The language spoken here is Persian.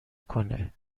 کنه